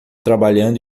trabalhando